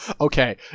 okay